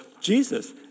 Jesus